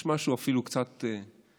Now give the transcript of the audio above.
יש משהו אפילו קצת מחויך,